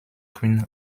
queen